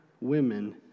women